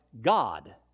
God